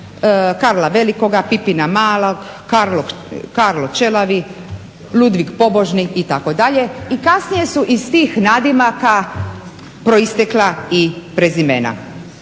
Karla Velikoga, Pipina Malog, Karlo Čelavi, Ludvig Pobožni itd. i kasnije su iz tih nadimaka proistekla i prezimena.